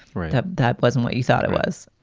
right. ah that wasn't what you thought it was.